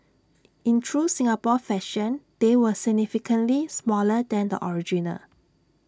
in true Singapore fashion they were significantly smaller than the original